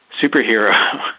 superhero